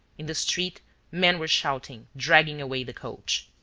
in the street men were shouting, dragging away the coach.